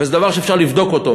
וזה דבר שאפשר לבדוק אותו.